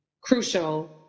crucial